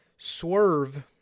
Swerve